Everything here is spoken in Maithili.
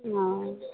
हूँ